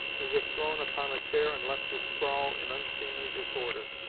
as if thrown upon a chair and left to sprawl in unseemly disorder.